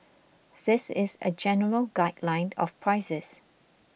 this is a general guideline of prices